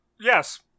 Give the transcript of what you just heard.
Yes